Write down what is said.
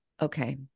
okay